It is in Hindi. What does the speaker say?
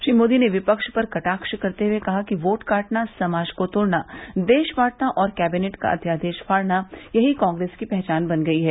श्री मोदी ने विपक्ष पर कटाव करते हुए कहा कि वोट काटना समाज को तोड़ना देश बांटना और कैबिनेट का अध्यादेश फाइना यही कांग्रेस की पहचान बन गई है